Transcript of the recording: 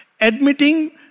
Admitting